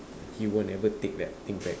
he won't ever take that thing back